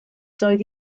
doedd